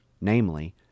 namely